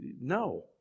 no